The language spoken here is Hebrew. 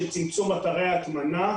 של צמצום אתרי ההטמנה,